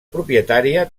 propietària